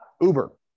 Uber